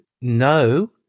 No